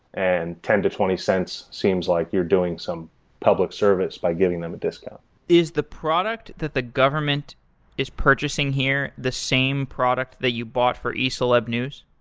and ten to twenty cents seems like you're doing some public service by giving them a discount is the product that the government is purchasing here the same product that you bought for eceleb news?